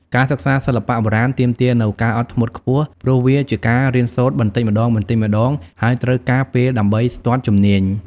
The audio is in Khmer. ការសិក្សាសិល្បៈបុរាណទាមទារនូវ ការអត់ធ្មត់ខ្ពស់ ព្រោះវាជាការរៀនសូត្របន្តិចម្ដងៗ ហើយត្រូវការពេលដើម្បីស្ទាត់ជំនាញ។